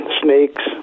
snakes